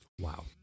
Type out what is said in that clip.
Wow